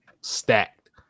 stacked